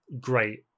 great